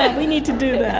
ah we need to do yeah